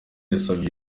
yasabye